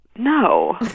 No